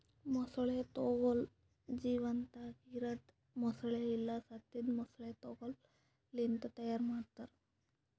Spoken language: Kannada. ಮೊಸಳೆ ತೊಗೋಲ್ ಜೀವಂತಾಗಿ ಇರದ್ ಮೊಸಳೆ ಇಲ್ಲಾ ಸತ್ತಿದ್ ಮೊಸಳೆ ತೊಗೋಲ್ ಲಿಂತ್ ತೈಯಾರ್ ಮಾಡ್ತಾರ